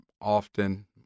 often